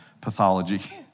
pathology